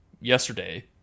yesterday